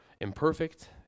imperfect